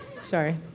Sorry